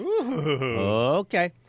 Okay